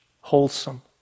wholesome